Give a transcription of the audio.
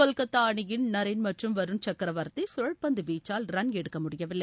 கொல்கத்தா அணியின் நரேன் மற்றும் வருண் சக்ரவர்த்தி சுழற்பந்து வீச்சால் ரன் எடுக்கமுடியவில்லை